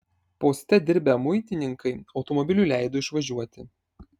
poste dirbę muitininkai automobiliui leido išvažiuoti